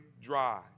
dry